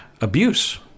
abuse